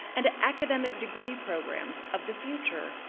and academic degree programs of the future,